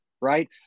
right